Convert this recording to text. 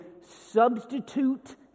substitute